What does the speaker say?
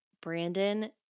Brandon